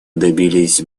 добились